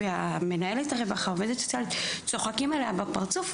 ומנהלת הרווחה או העובדת הסוציאלית צוחקים לה בפרצוף,